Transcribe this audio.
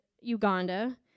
Uganda